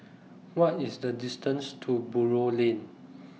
What IS The distance to Buroh Lane